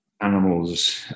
animals